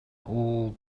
all